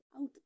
out